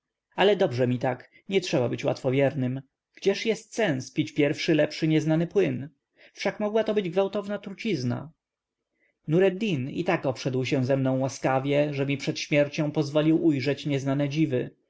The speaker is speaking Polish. ale dobrze mi tak nie trzeba być łatwowiernym gdzież jest sens pić pierwszy lepszy nieznany płyn wszak mogła to być gwałtowna trucizna nureddin i tak obszedł się ze mną łaskawie że mi przed śmiercią pozwolił ujrzeć nieznane dziwy